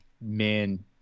Man